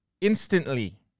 instantly